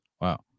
Wow